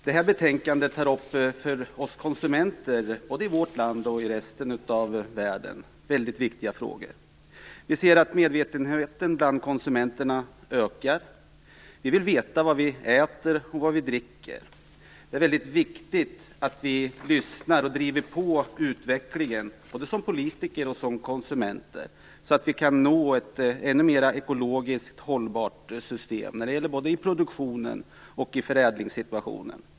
Det här betänkandet tar upp frågor som för oss konsumenter - både i vårt land och i resten av världen - är väldigt viktiga. Man ser att medvetenheten bland konsumenterna ökar. Vi vill veta vad vi äter och vad vi dricker. Det är väldigt viktigt att vi lyssnar och driver på utvecklingen, både som politiker och som konsumenter, så att vi kan nå ett ännu mera ekologiskt hållbart system för både produktion och förädling.